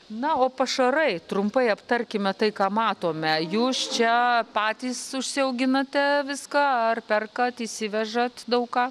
na o pašarai trumpai aptarkime tai ką matome jūs čia patys užsiauginote viską ar perkat įsivežat daug ką